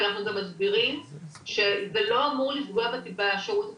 ואנחנו גם מסבירים שזה לא אמור לפגוע בשירות הצבאי.